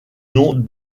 nom